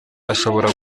ashobora